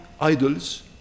idols